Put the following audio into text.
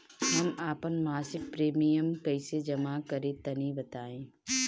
हम आपन मसिक प्रिमियम कइसे जमा करि तनि बताईं?